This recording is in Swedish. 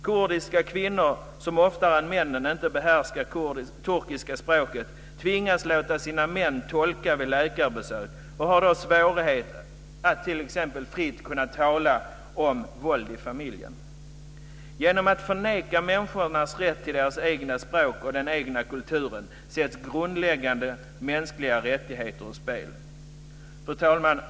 Kurdiska kvinnor som oftare än männen inte behärskar det turkiska språket tvingas låta sina män tolka vid läkarbesök och har då svårigheter att tala fritt vid t.ex. våld i familjen. Genom att förneka människors rätt till det egna språket och den egna kulturen sätts grundläggande mänskliga rättigheter ur spel. Fru talman!